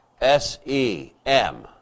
S-E-M